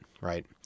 right